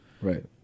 right